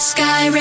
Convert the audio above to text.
Sky